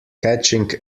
catching